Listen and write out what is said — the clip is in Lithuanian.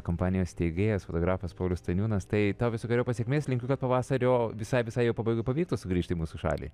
kompanijos steigėjas fotografas paulius staniūnas tai tau visokeriopos sėkmės linkiu tą pavasario visai visai jo pabaigoj pavyktų sugrįžti į mūsų šalį